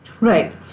Right